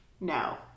No